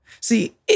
See